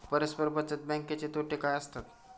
परस्पर बचत बँकेचे तोटे काय असतात?